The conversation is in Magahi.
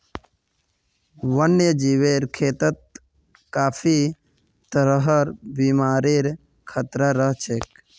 वन्यजीवेर खेतत काफी तरहर बीमारिर खतरा रह छेक